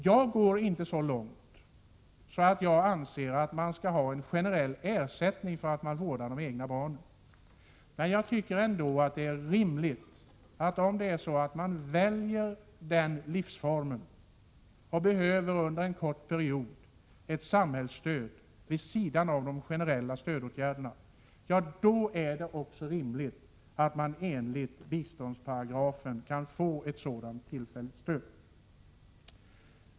Jag går inte så långt att jag anser att man skall ha generell ersättning för att man vårdar egna barn, men om man väljer den livsformen och under en kort period behöver ett samhällsstöd vid sidan av de generella stödåtgärderna, då är det också rimligt att man enligt biståndsparagrafen kan få ett sådant tillfälligt stöd.